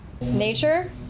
Nature